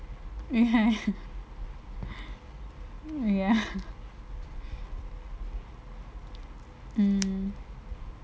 ya ya mm